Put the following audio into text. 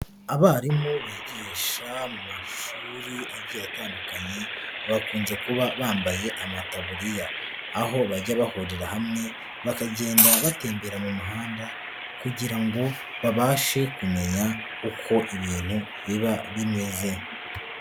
Abarimu bigisha mu mashuri agiye atandukanye, bakunze kuba bambaye amataburiya. Aho bajya bahurira hamwe bakagenda batembera mu muhanda, kugira ngo babashe kumenya uko ibintu biba bimeze.